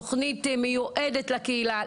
תוכנית מיועדת לקהילה,